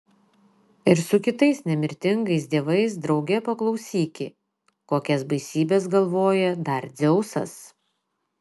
ir su kitais nemirtingais dievais drauge paklausyki kokias baisybes galvoja dar dzeusas